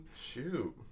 Shoot